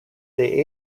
they